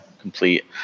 Complete